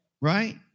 right